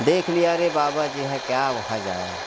देख लिए अरे बाबा जी है क्या वहाँ जाएँ